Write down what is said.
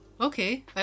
okay